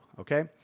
Okay